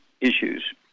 issues